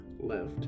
left